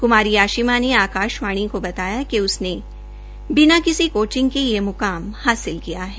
कुमारी आशिमा ने आकाशवाणी को बताया कि उसने बिना किसी कोचिंग के यह मुकाम हासिल किया है